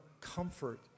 comfort